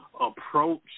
approach